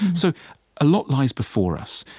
so a lot lies before us.